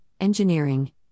engineering